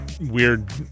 weird